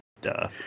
Duh